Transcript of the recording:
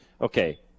okay